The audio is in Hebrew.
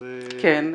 אז --- כן.